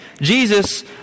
Jesus